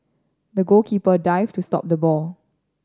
the goalkeeper dived to stop the ball